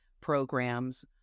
programs